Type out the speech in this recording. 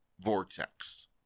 vortex